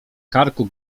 karku